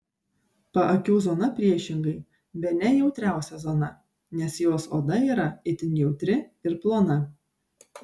paakių zona priešingai bene jautriausia zona nes jos oda yra itin jautri ir plona